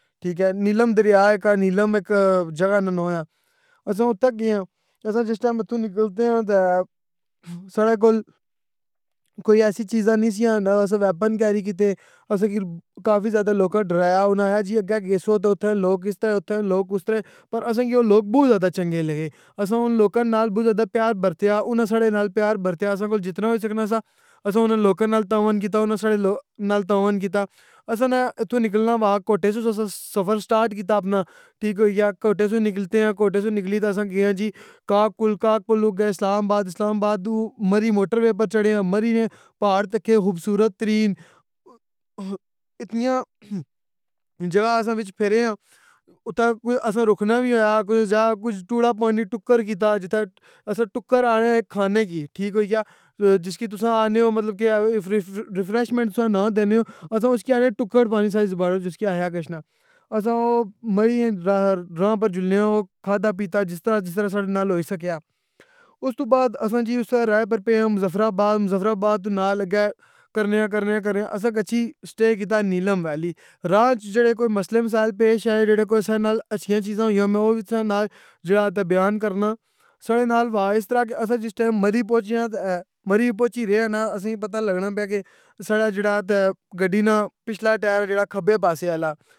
ٹھیک اے نیلم دریا اک نیلم اک جگہ نہ ناں اے اساں اتے گیا ں اساں جس ٹیم اُتو ں نکلتے آں تے ساڑے کول کوئی ایسی چیز نی سیاں نہ اسیں ویپن کیری کِتے اسیں کی کافی زیادہ لوکا ں ڈرایا انیں آخیہ جی اگے گیسو تے اتھے لوک اِس طرے اتھے لوک اُس طرے پر اساں کی او لوک بوں زیادہ چنگے لگے اساں او لوکیں نال بو ں زیادہ پیار بَرطیا اُناں ساڑے نال پیار بَرطیا اسیں کول جتنا ہو ئی سکنا سا اساں اُنیں لوکیں نال تعاون کِتا اونا ساڑے لوک نال تعاون کِتّا اسانہ تو نکلنا ماں کوٹے سو سیسوں سفر سٹارٹ کیتا اپنا ٹھیک ہوئی گیا کوٹے تو نکلتے آں کوٹے تو نکلی اساں گیاں جی کاگ پل کاگ پھل تو گئے اسلام آباد اسلام آباد تو مری موٹر وے پر چڑھے آں مری نے پہاڑ تکّے خوبصورت ترین اتنی آں جیڑا اساں وچ پھر ے آں اتے اسیں رکنا وی ہویا کچھ ضیا کچھ ٹونا پانی ٹکر کتا جتھے اسی ٹکر آخنے آں کھانے کی ٹھیک ہو ہی گیا جس کی تساں آخنے او مطلب کہ ریفریشمنٹ تساں ناں دینے او اساں اس کی آخنے آں ٹکر پانی ساڑی زبان وچ اس کی آخیا گچھنا اساں او مری نی راں اوپر جلنے آں او کھادا پیتا جس طرح جس طرح ساڑھے نال ہوئی سکیا اس تو بعد اساں جی اسے رائے اوپر پیاں مظفراباد، مظفراباد تو نال اگے کرنے آ کر نے آ کر نے آ اساں گچھی سٹے کیتا نیلم ویلی راہ اچ جیڑے کوئی مسئلے مسائل پیش آئے ریڑیں کوئی اسی نال اچھیاں چیزاں ہوئی یا ں میں وی تسیں نال جڑا تے بیان کرنا ساڑھے نال وا اس طرح کے اسان جس ٹیم مری پہنچیاں تے مری پہنچی رے نال اسیں پتہ لگنا پہ آ ک سارا جیڑا کہ گڈی نا پچھلا ٹیر جڑا کھبے پاسے آلا۔